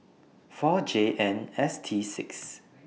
four J N S T six